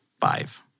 Five